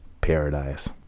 paradise